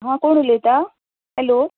हा कोण उलयता हॅलो